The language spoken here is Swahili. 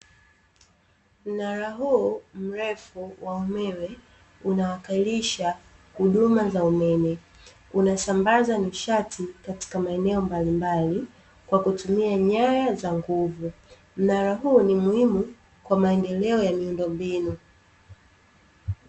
Mnara huu mrefu wa umeme unawakilisha huduma za umeme, unasambaza nishati katika maeneo mbalimbali kwa kutumia nyaya za nguvu, mnara huu ni muhimu kwa maendeleo ya miundombinu.